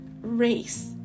race